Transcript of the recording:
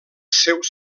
seus